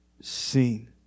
seen